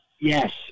Yes